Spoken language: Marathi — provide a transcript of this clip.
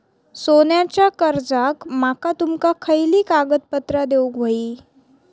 सोन्याच्या कर्जाक माका तुमका खयली कागदपत्रा देऊक व्हयी?